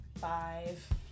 Five